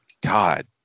God